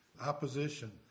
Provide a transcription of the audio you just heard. opposition